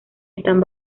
están